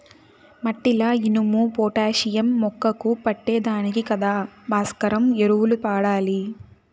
మట్టిల ఇనుము, పొటాషియం మొక్కకు పట్టే దానికి కదా భాస్వరం ఎరువులు వాడాలి